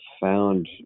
found